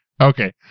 okay